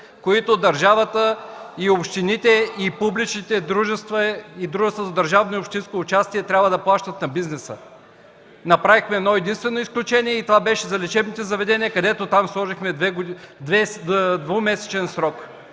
които държавата и общините, и публичните дружества, и дружествата с държавно и общинско участие трябва да плащат на бизнеса. Направихме едно-единствено изключение и това беше за лечебните заведения, където сложихме двумесечен срок.